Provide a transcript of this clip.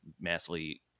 massively